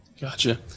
gotcha